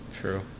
True